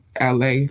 LA